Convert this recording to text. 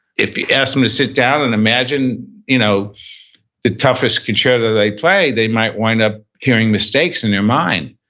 if you ask them to sit down and imagine you know the toughest concerto they play, they might wind up hearing mistakes in their mind,